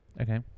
Okay